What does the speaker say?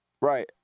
Right